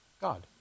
God